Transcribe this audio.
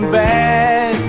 bad